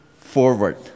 forward